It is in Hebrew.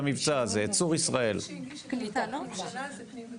תידרש הממשלה לאשר זאת בהחלטת ממשלה ייעודית